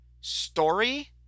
story